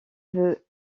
veut